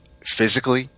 physically